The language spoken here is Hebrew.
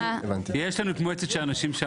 יש לנו את מועצת הנשים.